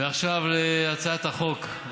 ועכשיו להצעת החוק,